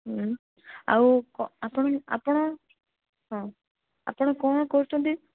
ଆଉ ଆପଣ ଆପଣ ହଁ ଆପଣ କ'ଣ କରୁଛନ୍ତି